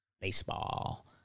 Baseball